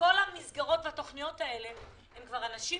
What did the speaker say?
כל המסגרות והתוכניות האלה הם אנשים